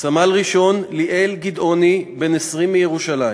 סמל-ראשון ליאל גדעוני, בן 20, מירושלים,